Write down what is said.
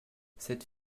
cette